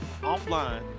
offline